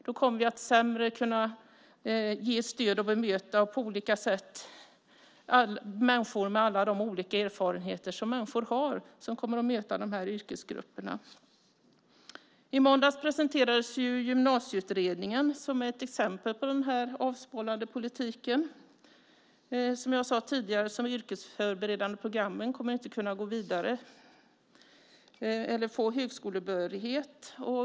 Då kommer vi att ge sämre stöd och bemötande av människor med alla de olika erfarenheter som människor har som kommer att möta de här yrkesgrupperna. I måndags presenterades Gymnasieutredningen, som ett exempel på den här avskalade politiken. Som jag sade tidigare kommer de som går de yrkesförberedande programmen inte att kunna gå vidare eller få högskolebehörighet.